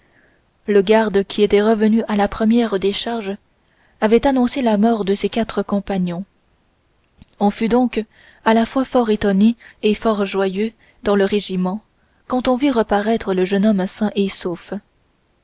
le garde qui était revenu à la première décharge des rochelois avait annoncé la mort de ses quatre compagnons on fut donc à la fois fort étonné et fort joyeux dans le régiment quand on vit reparaître le jeune homme sain et sauf